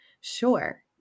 Sure